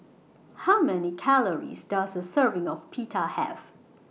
How Many Calories Does A Serving of Pita Have